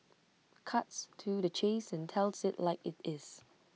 cuts to the chase and tells IT like IT is